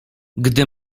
gdy